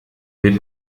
wird